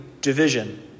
division